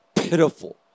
pitiful